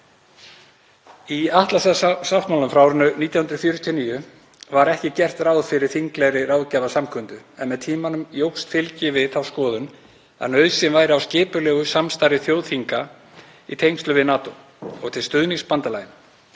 Í Atlantshafssáttmálanum frá árinu 1949 var ekki gert ráð fyrir þinglegri ráðgjafarsamkundu en með tímanum jókst fylgi við þá skoðun að nauðsyn væri á skipulegu samstarfi þjóðþinga í tengslum við NATO og til stuðnings bandalaginu.